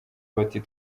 bati